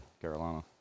Carolina